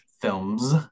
films